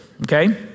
Okay